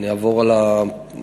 אני אעבור על המשרדים.